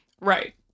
right